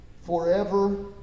Forever